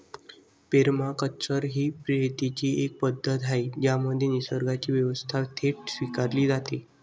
permaculture ही शेतीची एक पद्धत आहे ज्यामध्ये निसर्गाची व्यवस्था थेट स्वीकारली जाते